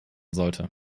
sollte